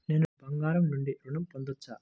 నేను బంగారం నుండి ఋణం పొందవచ్చా?